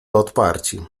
odparci